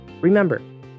Remember